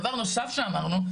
דבר נוסף שאמרנו,